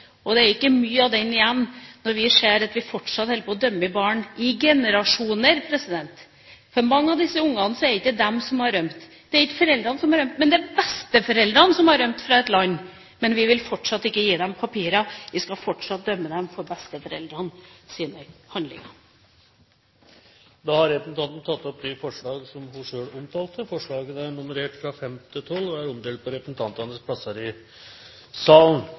og det er ikke mye igjen av den når vi ser at vi fortsatt dømmer barn – og har gjort det i generasjoner. For mange av disse ungene er det ikke de som har rømt, det er ikke foreldrene som har rømt, men det er besteforeldrene som har rømt fra et land, men vi vil fortsatt ikke gi dem papirer. Vi skal fortsatt dømme dem for besteforeldrenes handlinger! Da har representanten Trine Skei Grande tatt opp de forslag hun refererte til. Forslagene er nummerert fra 5–12 og er omdelt på representantenes plasser i salen.